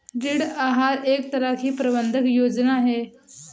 ऋण आहार एक तरह की प्रबन्धन योजना है